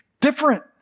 different